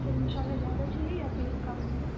तेल मसाला ज़्यादा चहिए या फ़िर कम